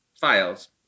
files